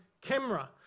camera